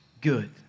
good